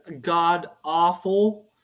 god-awful